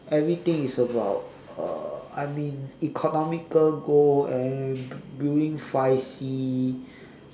everything is about uh I mean economical goal and doing